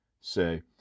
say